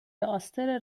آستر